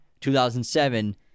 2007